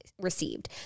received